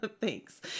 Thanks